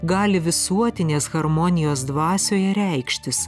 gali visuotinės harmonijos dvasioje reikštis